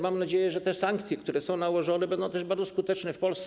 Mam nadzieję, że te sankcje, które są nałożone, będą też bardzo skuteczne w Polsce.